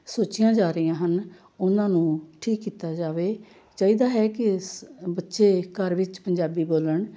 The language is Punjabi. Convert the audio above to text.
ਸੋਚੀਆਂ ਜਾ ਰਹੀਆਂ ਹਨ ਉਹਨਾਂ ਨੂੰ ਠੀਕ ਕੀਤਾ ਜਾਵੇ ਚਾਹੀਦਾ ਹੈ ਕਿ ਇਸ ਬੱਚੇ ਘਰ ਵਿੱਚ ਪੰਜਾਬੀ ਬੋਲਣ